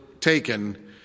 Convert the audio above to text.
taken